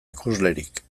ikuslerik